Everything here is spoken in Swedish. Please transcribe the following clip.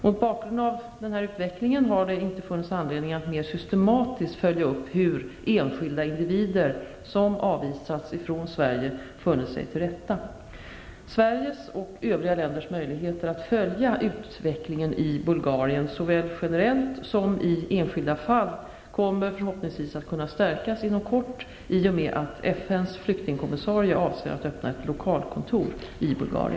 Mot bakgrund av denna utveckling har det inte funnits anledning att mer systematiskt följa upp hur enskilda individer som avvisats från Sverige funnit sig till rätta. Sveriges och övriga länders möjligheter att följa utvecklingen i Bulgarien -- såväl generellt som i enskilda fall -- kommer förhoppningsvis att kunna stärkas inom kort i och med att FN:s flyktingkommissarie avser öppna ett lokalkontor i